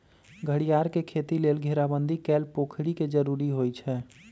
घरियार के खेती लेल घेराबंदी कएल पोखरि के जरूरी होइ छै